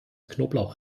knoblauch